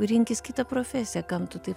rinkis kitą profesiją kam tu taip